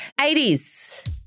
80s